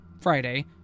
Friday